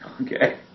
Okay